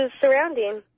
surrounding